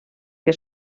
que